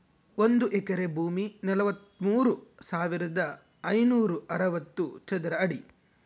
ಒಂದು ಎಕರೆ ಭೂಮಿ ನಲವತ್ಮೂರು ಸಾವಿರದ ಐನೂರ ಅರವತ್ತು ಚದರ ಅಡಿ